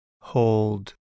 hold